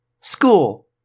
School